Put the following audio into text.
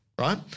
right